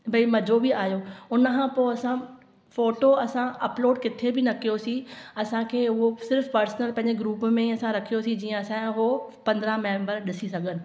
भई मजो बि आयो उनखां पोइ असां फोटो असां अपलोड किथे बि न कयोसीं असांखें उहो सिर्फ़ु पर्सनल पंहिंजे ग्रुप में असां रखियोसीं जीअं असांजो हो पंद्रहं मेंबर ॾिसी सघनि